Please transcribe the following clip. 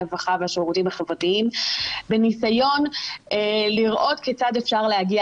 הרווחה והשירותים החברתיים בניסיון לראות כיצד אפשר להגיע